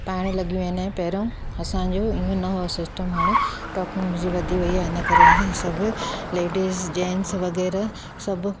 पाइणु लॻियूं आहिनि ऐं पहिरियों असांजो इहो न हुओ सिस्टम हाणे टैक्नोलोजी वधी वई आहे हिन करे असां सभु लेडीज़ जेंट्स वग़ैरह सभु